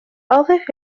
أضف